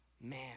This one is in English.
man